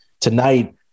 tonight